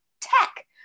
tech